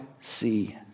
see